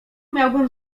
miałbym